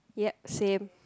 ya same